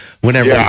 Whenever